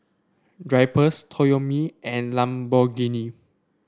Drypers Toyomi and Lamborghini